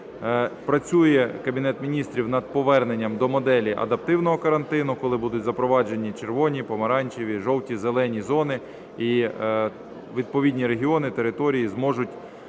працює Кабінет Міністрів над поверненням до моделі адаптивного карантину, коли будуть запроваджені "червоні", "помаранчеві", "жовті", "зелені" зони і відповідні регіони, території зможуть